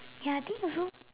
ya then also